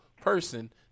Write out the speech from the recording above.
person